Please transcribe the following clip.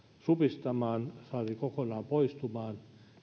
supistamaan saati kokonaan poistamaan